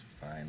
fine